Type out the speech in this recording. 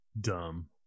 Dumb